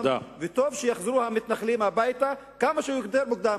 וטוב שיחזרו המתנחלים הביתה כמה שיותר מוקדם,